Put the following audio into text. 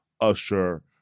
usher